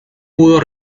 pudo